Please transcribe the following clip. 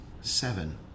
seven